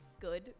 good